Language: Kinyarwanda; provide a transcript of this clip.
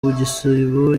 igisibo